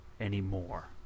anymore